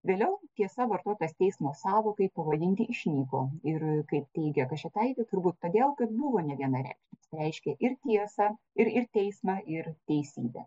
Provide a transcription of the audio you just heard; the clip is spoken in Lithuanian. vėliau tiesa vartotas teismo sąvokai pavadinti išnyko ir kaip teigia kašėtaitė turbūt todėl kad buvo nevienareikšmis reiškė ir tiesą ir ir teismą ir teisybę